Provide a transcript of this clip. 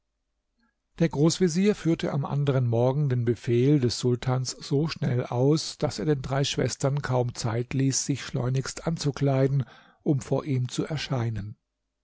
der großvezier führte am anderen morgen den befehl des sultans so schnell aus daß er den drei schwestern kaum zeit ließ sich schleunigst anzukleiden um vor ihm zu erscheinen